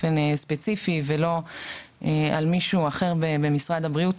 ספציפית ולא על מישהו אחר במשרד הבריאות.